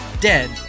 dead